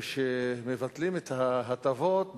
כשמבטלים את ההטבות,